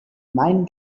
meinen